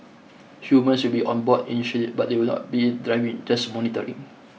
humans will be on board initially but they will not be driving just monitoring